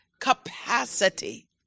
Capacity